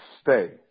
stay